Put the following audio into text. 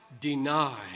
deny